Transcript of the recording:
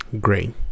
gray